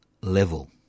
level